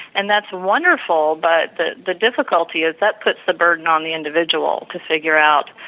and that's wonderful. but the the difficulty is that puts the burden on the individual to figure out,